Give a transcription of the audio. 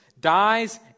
dies